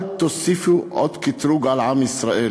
אל תוסיפו עוד קטרוג על עם ישראל.